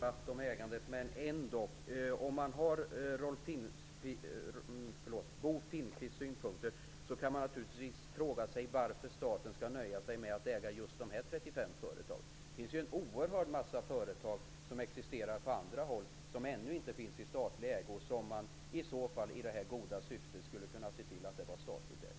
Herr talman! Vi bör kanske inte ha en stor debatt om ägandet, men om man har Bo Finnkvists synpunkter kan man naturligtivs fråga sig varför staten skall nöja sig med att äga just dessa 35 företag. Det finns en oerhörd massa företag som existerar på andra håll, men som ännu inte finns i statlig ägo och som man i så fall, i det här goda syftet, skulle kunna se till att de var statligt ägda.